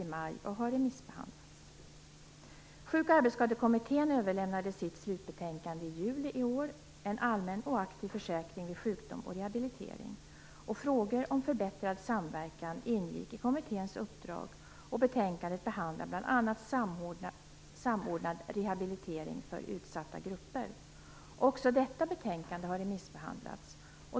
Sjuk och arbetsskadekommittén överlämnade sitt slutbetänkande, En allmän och aktiv försäkring vid sjukdom och rehabilitering , i juli i år. Frågor om förbättrad samverkan ingick i kommitténs uppdrag, och betänkandet behandlar bl.a. samordnad rehabilitering för utsatta grupper. Också detta betänkande har remissbehandlats.